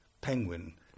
penguin